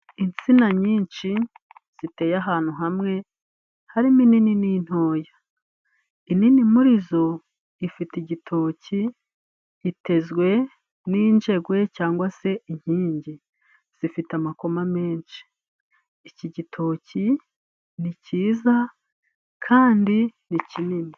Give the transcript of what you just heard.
Insina nyinshi ziteye ahantu hamwe harimo nini n'intoya, inini muri zo ifite igitoki itezwe n'injegwe cyangwa se inkingi zifite amakoma menshi. Iki gitoki ni kiza kandi ni kinini.